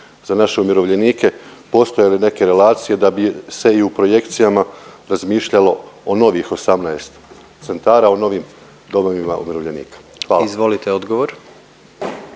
za naše umirovljenike. Postoje li neke relacije da bi se i u projekcijama razmišljalo o novih 18 centara, o novim domovima umirovljenika. Hvala. **Jandroković,